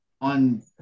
on